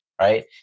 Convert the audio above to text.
right